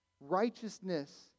Righteousness